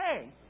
hey